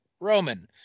Roman